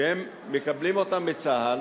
שמקבלים אותם מצה"ל,